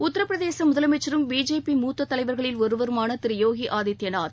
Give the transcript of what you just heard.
உத்தரப்பிரதேச முதலமைச்சரும் பிஜேபி மூத்த தலைவர்களில் ஒருவருமான திரு யோகி ஆதித்யநாத்